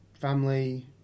family